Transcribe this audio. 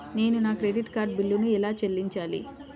నేను నా credit card బిల్లును ఎలా చెల్లించాలీ?